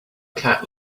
cat